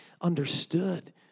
understood